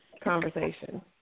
conversation